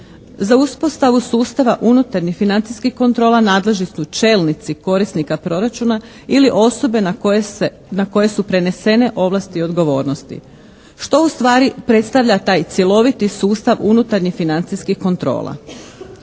Za uspostavu sustavu unutarnjih financijskih kontrola nadležni su čelnici korisnika proračuna ili osobe na koje se, na koje su prenesene ovlasti i odgovornosti. Što ustvari predstavlja taj cjeloviti sustav unutarnjih financijskih kontrola?